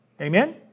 Amen